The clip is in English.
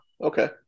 Okay